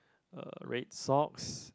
uh red socks